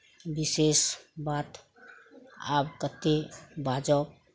विशेष बात आब कतेक बाजब